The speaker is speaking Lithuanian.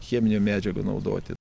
cheminių medžiagų naudoti